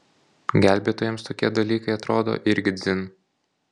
gelbėtojams tokie dalykai atrodo irgi dzin